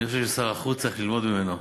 אני חושב ששר החוץ צריך ללמוד ממנו.